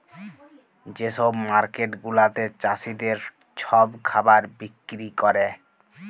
যে ছব মার্কেট গুলাতে চাষীদের ছব খাবার বিক্কিরি ক্যরে